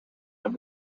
have